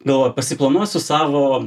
gavau pasiplanuosiu savo